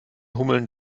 hummeln